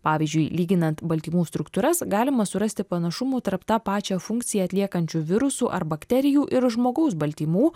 pavyzdžiui lyginant baltymų struktūras galima surasti panašumų tarp tą pačią funkciją atliekančių virusų ar bakterijų ir žmogaus baltymų